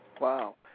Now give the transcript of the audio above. Wow